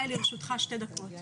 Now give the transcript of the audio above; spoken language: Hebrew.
תודה